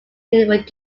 needed